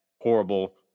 horrible